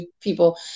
people